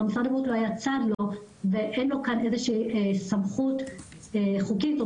משרד הבריאות לא היה צד לו ואין לו כאן סמכות חוקית או